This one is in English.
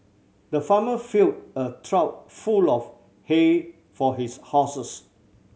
the farmer filled a trough full of hay for his horses